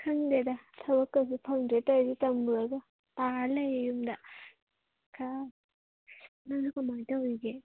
ꯈꯪꯗꯦꯗ ꯊꯕꯛ ꯀꯥꯁꯦ ꯐꯪꯗ꯭ꯔꯦ ꯇꯧꯔꯤꯁꯦ ꯇꯝꯃꯨꯔꯥꯒ ꯇꯥꯔ ꯂꯩꯔꯦ ꯌꯨꯝꯗ ꯅꯪꯗꯤ ꯀꯃꯥꯏꯅ ꯇꯧꯔꯤꯒꯦ